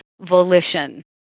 volition